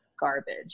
garbage